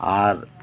ᱟᱨ